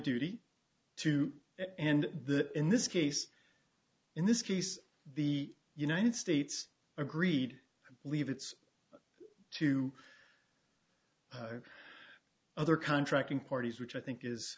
duty to and the in this case in this case the united states agreed to leave its two other contracting parties which i think is